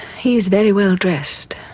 he is very well dressed.